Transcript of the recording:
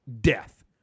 death